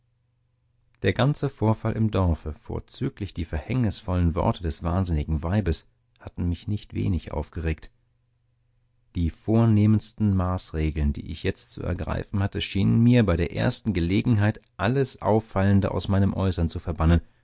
der ganze vorfall im dorfe vorzüglich die verhängnisvollen worte des wahnsinnigen weibes hatten mich nicht wenig aufgeregt die vornehmsten maßregeln die ich jetzt zu ergreifen hatte schienen mir bei der ersten gelegenheit alles auffallende aus meinem äußern zu verbannen